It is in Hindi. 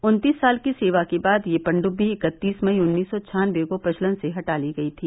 उन्तीस साल की सेवा के बाद यह पनडबी इक्कतीस मई उन्नीस सौ छान्नवे को प्रचलन से हटा ली गयी थी